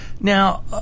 Now